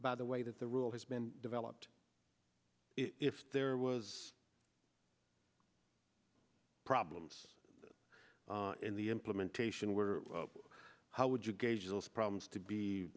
by the way that the rule has been developed if there was problems in the implementation were how would you gauge those problems to be